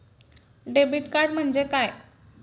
Debit card म्हणजे काय?